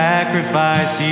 sacrifice